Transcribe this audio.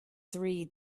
three